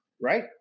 Right